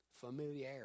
familiarity